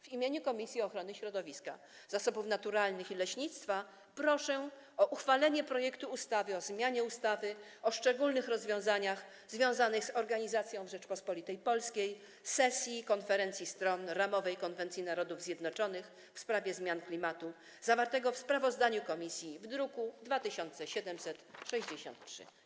W imieniu Komisji Ochrony Środowiska, Zasobów Naturalnych i Leśnictwa proszę o uchwalenie projektu ustawy o zmianie ustawy o szczególnych rozwiązaniach związanych z organizacją w Rzeczypospolitej Polskiej sesji Konferencji Stron Ramowej konwencji Narodów Zjednoczonych w sprawie zmian klimatu, zawartego w sprawozdaniu komisji w druku nr 2763.